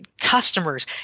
customers